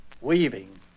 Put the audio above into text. weaving